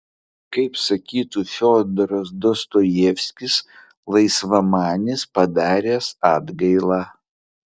kaip sakytų fiodoras dostojevskis laisvamanis padaręs atgailą